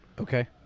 Okay